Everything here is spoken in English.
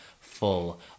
full